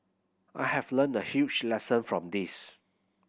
I have learnt a huge lesson from this